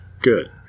good